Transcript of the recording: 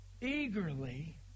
eagerly